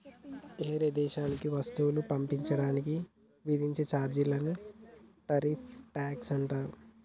ఏరే దేశానికి వస్తువులను పంపించడానికి విధించే చార్జీలనే టారిఫ్ ట్యాక్స్ అంటారు